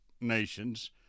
nations